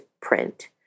Print